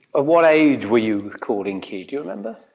ah what age were you called inky? do you remember?